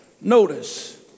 Notice